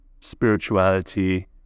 spirituality